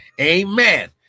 Amen